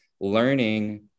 learning